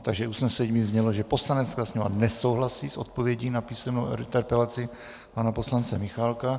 Takže usnesení znělo, že Poslanecká sněmovna nesouhlasí s odpovědí na písemnou interpelaci pana poslance Michálka.